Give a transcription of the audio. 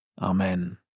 Amen